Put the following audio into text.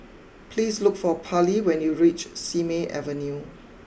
please look for Parley when you reach Simei Avenue